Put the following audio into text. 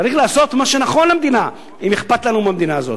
צריך לעשות מה שנכון למדינה אם אכפת לנו מהמדינה הזאת,